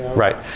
right.